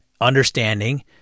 understanding